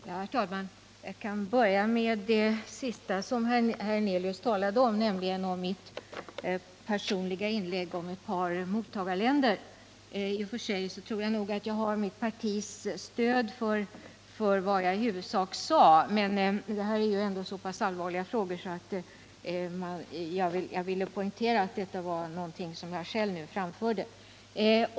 Herr talman! Jag kan börja med det sista som herr Hernelius talade om, nämligen mitt personliga inlägg om ett par mottagarländer. I och för sig tror jagatt jag har mitt partis stöd för vad jag i huvudsak sade, men det här är ändå så pass allvarliga frågor att jag ville poängtera att detta var synpunkter som jag själv nu framförde.